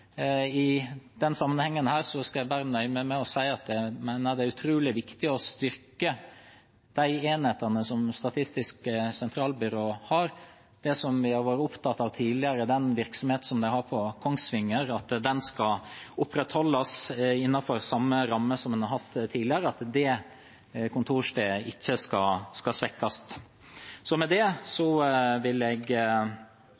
I denne sammenheng skal jeg nøye meg med å si at jeg mener det er utrolig viktig å styrke de enhetene som Statistisk sentralbyrå har. Vi har tidligere vært opptatt av at den virksomheten som de har på Kongsvinger, skal opprettholdes innenfor samme ramme som før, og at det kontorstedet ikke skal svekkes. Med det